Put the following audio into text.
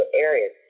areas